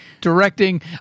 directing